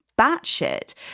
batshit